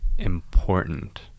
important